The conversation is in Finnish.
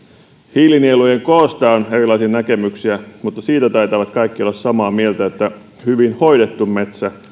hiilinielujen koosta on erilaisia näkemyksiä mutta siitä taitavat kaikki olla samaa mieltä että hyvin hoidettu metsä